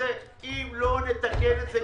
אבל אם לא נתקן את זה,